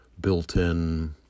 built-in